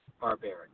barbaric